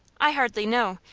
i hardly know.